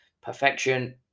Perfection